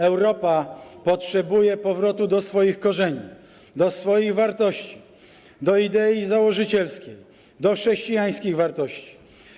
Europa potrzebuje powrotu do swoich korzeni, do swoich wartości, do idei założycielskiej, do chrześcijańskich wartości.